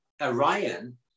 Orion